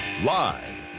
Live